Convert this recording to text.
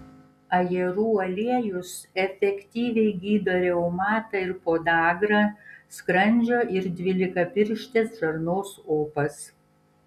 ajerų aliejus efektyviai gydo reumatą ir podagrą skrandžio ir dvylikapirštės žarnos opas